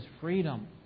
freedom